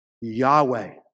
Yahweh